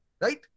Right